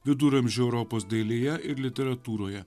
viduramžių europos dailėje ir literatūroje